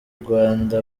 rwanda